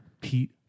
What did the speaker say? Pete